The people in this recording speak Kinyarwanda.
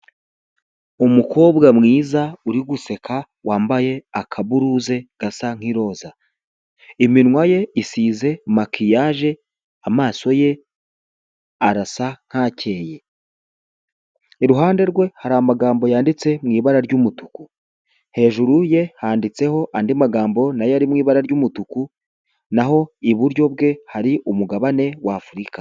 Umukobwa mwiza uri guseka wambaye akaburuze gasa nk'iroza, iminwa ye isize makiyaje, amaso ye arasa nk'akeye, iruhande rwe hari amagambo yanditse mu ibara ry'umutuku, hejuru ye handitseho andi magambo na yo ari mu ibara ry'umutuku n'aho iburyo bwe hari umugabane w'Afurika.